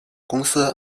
公司